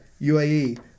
UAE